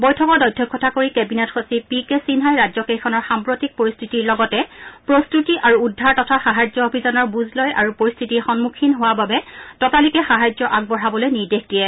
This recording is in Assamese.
বৈঠকত অধ্যক্ষতা কৰি কেবিনেট সচিব পি কি সিনহাই ৰাজ্য কেইখনৰ সাম্প্ৰতিক পৰিস্থিতিৰ লগতে প্ৰস্তুতি আৰু উদ্ধাৰ তথা সাহায্য অভিযানৰ বুজ লয় আৰু পৰিস্থিতিৰ সমূখীন হোৱা বাবে ততালিকে সাহায্য আগবঢ়াবলৈ নিৰ্দেশ দিয়ে